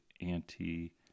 anti